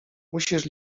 musisz